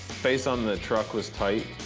space on the truck was tight,